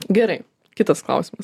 gerai kitas klausimas